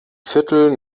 viertel